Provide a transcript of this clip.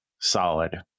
solid